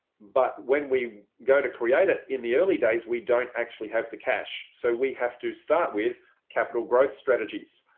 but when we go to create it, in the early days, we don't actually have the cash. so we have to start with capital growth strategies.